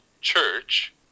church